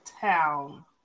town